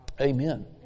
Amen